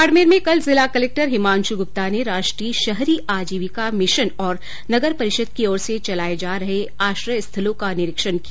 बाडमेर में कल जिला कलक्टर हिमांशु गुप्ता ने राष्ट्रीय शहरी आजीविका मिशन और नगर परिषद की ओर से चलाये जा रहे आश्रय स्थलों का निरीक्षण किया